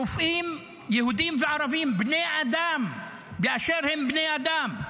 רופאים יהודים וערבים, בני אדם באשר הם בני אדם.